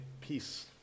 peace